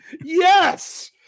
Yes